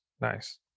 nice